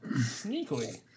sneakily